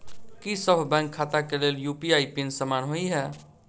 की सभ बैंक खाता केँ लेल यु.पी.आई पिन समान होइ है?